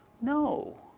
No